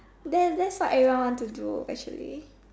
that's that's what everyone want to do actually